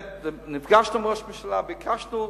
נפגשנו עם ראש הממשלה, ביקשנו.